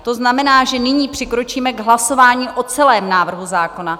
To znamená, že nyní přikročíme k hlasování o celém návrhu zákona.